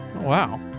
Wow